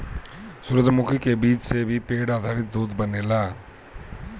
सूरजमुखी के बीज से भी पेड़ आधारित दूध बनेला